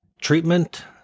treatment